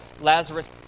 Lazarus